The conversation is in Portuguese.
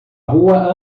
rua